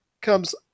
comes